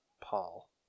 Paul